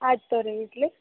ಆಯ್ತು ರೀ ಇಡಲೇ